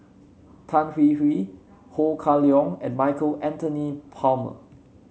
Tan Hwee Hwee Ho Kah Leong and Michael Anthony Palmer